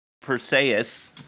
Perseus